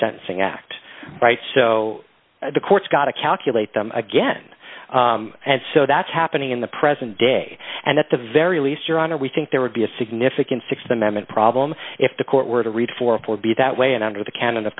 sentencing act right so the court's got to calculate them again and so that's happening in the present day and at the very least your honor we think there would be a significant th amendment problem if the court were to read forty four be that way and under the can